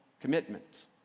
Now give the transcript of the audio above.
commitment